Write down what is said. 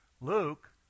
Luke